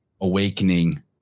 awakening